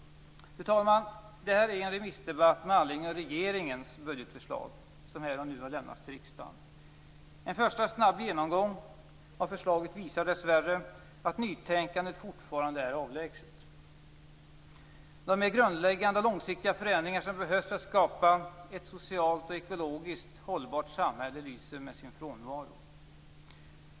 Fru talman! Det här är en remissdebatt med anledning av regeringens budgetförslag som här och nu har lämnats till riksdagen. En första snabb genomgång av förslaget visar dessvärre att nytänkandet fortfarande är avlägset. De mer grundläggande och långsiktiga förändringar som behövs för att skapa ett socialt och ekologisk hållbart samhälle lyser med sin frånvaro.